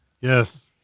yes